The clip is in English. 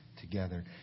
together